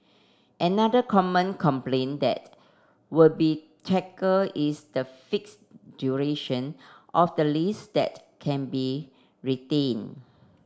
another common complaint that would be tackle is the fixed duration of the lease that can be retained